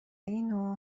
اینو